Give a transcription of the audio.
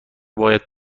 باید